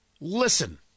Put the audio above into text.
Listen